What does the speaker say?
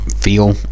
feel